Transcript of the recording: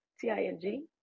T-I-N-G